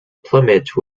plumage